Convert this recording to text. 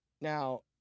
Now